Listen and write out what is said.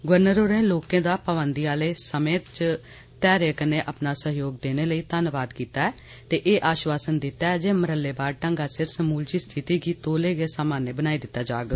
governor होरें लोकें दा पाबंदी आह्ले समय ते धैर्य कन्नै अपना सहयोग देने लेई घन्नवाद कीता ऐ ते एह् आश्वासन दित्ता ऐ जे मरहलेवार दंगा सिर समूलची स्थिति गी तौले सामान्य बनाई दित्ता जाग